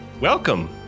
Welcome